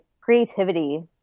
creativity